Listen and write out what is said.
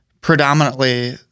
predominantly